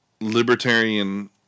libertarian